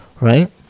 Right